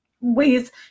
ways